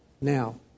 Now